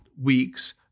weeks